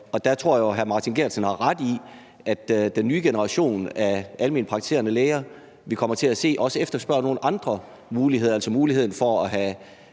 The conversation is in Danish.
Der tror jeg, at hr. Martin Geertsen jo har ret i, at den nye generation af almenpraktiserende læger, vi kommer til at se, også vil efterspørge nogle andre muligheder, altså mulighed for ikke